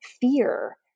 fear